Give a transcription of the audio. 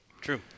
True